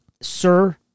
Sir